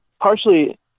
partially